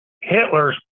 hitler's